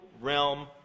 realm